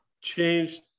changed